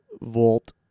volt